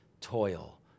toil